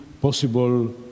possible